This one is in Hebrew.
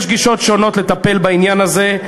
יש גישות שונות לטפל בעניין הזה.